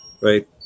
right